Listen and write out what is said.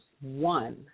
one